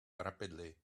rapidly